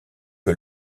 que